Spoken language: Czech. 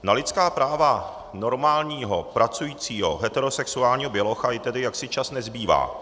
Na lidská práva normálního pracujícího heterosexuálního bělocha jí tedy jaksi čas nezbývá.